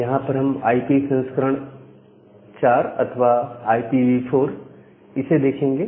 यहां पर हम आईपी संस्करण 4 अथवा IPV4 इसे देखेंगे